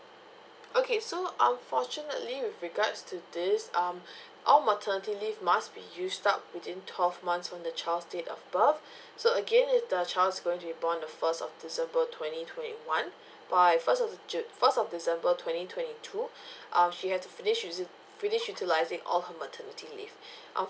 okay so unfortunately with regards to this um all maternity leave must be used up within twelve months from the child's date of birth so again if the child is going to be born on the first of december twenty twenty one by first of the ju~ first of december twenty twenty two um she has to finish usi~ finish utilising all her maternity leave un~